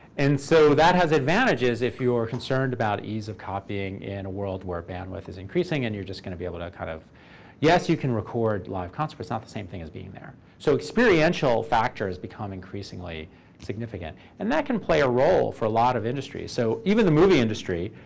and so that has advantages if you're concerned about ease of copying in a world where bandwidth is increasing, and you're just going to be able to kind of yes, you can record live concerts, but it's not the same thing as being there. so experiential factors become increasingly significant. and that can play a role for a lot of industries. so even the movie industry,